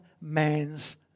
man's